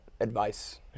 advice